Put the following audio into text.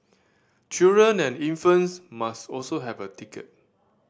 children and infants must also have a ticket